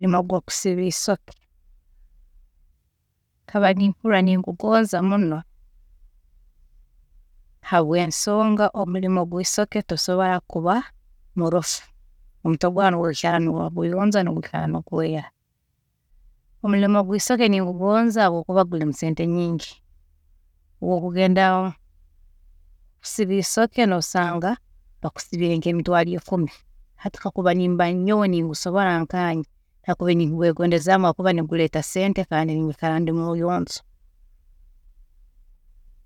Nkokusiba eisoke, nkaba nimpuurra niingugonza muno habwensonga omurimo gwisoke tosobola kuba murofu, omutwe gwaawe nigwiikara noguyonja nigwiikara nigweera, omurimo gwisoke ningugonza habwokuba gurimu sente nyingi, obu okugenda kusiba eisoke nosanga bakusibiire nkemitwaaro ikumi, hati kakuba nimba nyowe ningusobola nkanye, nakubiire ningwegondezaamu habwokuba nigureeta sente kandi ninyikara ndi muyonjo.